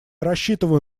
рассчитываю